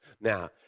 Now